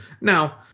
Now